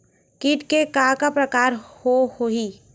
कीट के का का प्रकार हो होही?